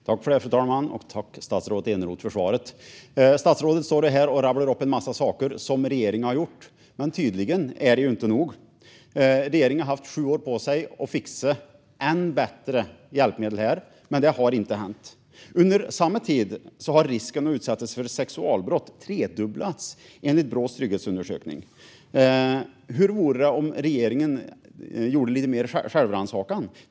Fru talman! Tack för svaret, statsrådet Eneroth! Statsrådet står här och rabblar upp en massa saker som regeringen har gjort. Tydligen är det inte nog. Regeringen har haft sju år på sig att fixa än bättre hjälpmedel här, men det har inte hänt. Under samma tid har risken att utsättas för sexualbrott tredubblats, enligt Brås trygghetsundersökning. Hur vore det om regeringen gjorde lite mer självrannsakan?